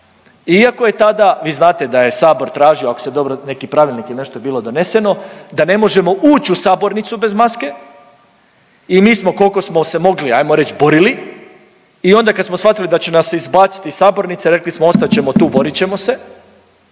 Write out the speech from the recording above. Iako je tada vi znate da je sabor tražio ako se dobro, neki pravilnik ili nešto je bilo doneseno, da ne možemo uć u sabornicu bez maske i mi smo koliko smo se mogli, ajmo reć borili i onda kad smo shvatili da će nas izbacit iz sabornice, rekli smo ostat ćemo tu, borit ćemo se.